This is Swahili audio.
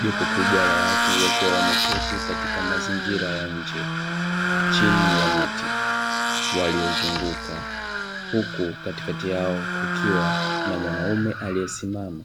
Jopo kubwa la watu wakiwa wameketi katika mazingira ya nje, chini ya miti waliozunguka huku katikati yao kukiwa na mwanaume aliyesimama